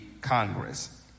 Congress